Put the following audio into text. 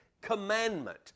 commandment